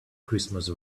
christmas